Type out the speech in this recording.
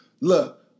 Look